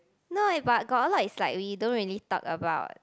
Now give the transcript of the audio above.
no eh but got a lot is like we don't really talk about